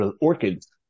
orchids